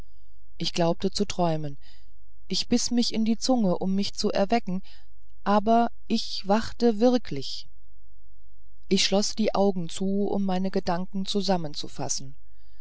ich glaubte zu träumen ich biß mich in die zunge um mich zu erwecken aber ich wachte wirklich ich schloß die augen zu um meine gedanken